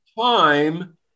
Time